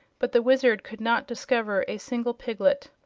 but the wizard could not discover a single piglet.